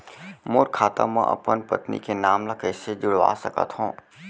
मोर खाता म अपन पत्नी के नाम ल कैसे जुड़वा सकत हो?